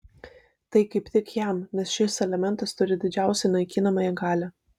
tai kaip tik jam nes šis elementas turi didžiausią naikinamąją galią